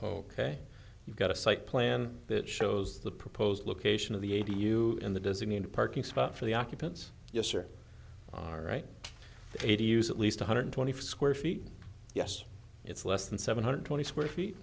ok you've got a site plan that shows the proposed location of the eighty you in the designated parking spot for the occupants yes are all right eighty use at least one hundred twenty five square feet yes it's less than seven hundred twenty square feet